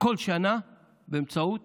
בכל שנה באמצעות